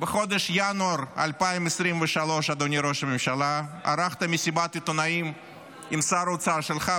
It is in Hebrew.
בחודש ינואר 2023 ערכת מסיבת עיתונאים עם שר האוצר שלך,